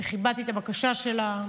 וכיבדתי את הבקשה שלה.